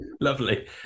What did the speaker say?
Lovely